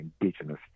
indigenous